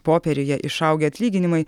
popieriuje išaugę atlyginimai